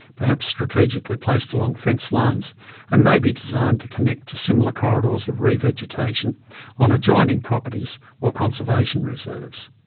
perhaps strategically placed along fence lines and maybe designed to connect to similar corridors of re-vegetation on adjoining properties or conservation reserves.